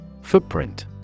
Footprint